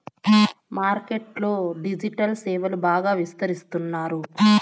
market లో digital సేవలు బాగా విస్తరిస్తున్నారు